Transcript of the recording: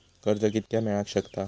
कर्ज कितक्या मेलाक शकता?